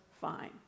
fine